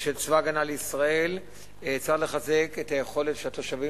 של צבא-הגנה לישראל צריך לחזק את היכולת של התושבים